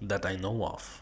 that I know of